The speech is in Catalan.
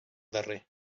darrer